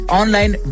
online